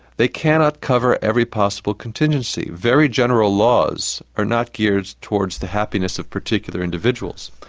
they cannot cover every possible contingency. very general laws are not geared towards the happiness of particular individuals.